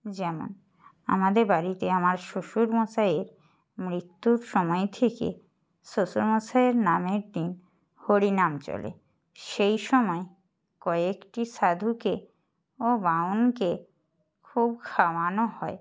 যেমন আমাদের বাড়িতে আমার শ্বশুর মশাইয়ের মৃত্যুর সময় থেকে শ্বশুর মশাইয়ের নামের দিন হরিনাম চলে সেই সময় কয়েকটি সাধুকে ও বামুনকে খুব খাওয়ানো হয়